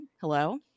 Hello